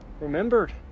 remembered